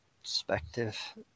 perspective